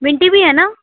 भिंडी भी है ना